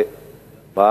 "ידיעות".